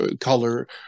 color